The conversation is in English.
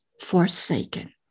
forsaken